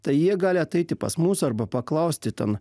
tai jie gali ateiti pas mus arba paklausti ten